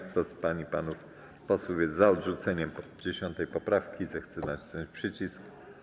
Kto z pań i panów posłów jest za odrzuceniem 10. poprawki, zechce nacisnąć przycisk.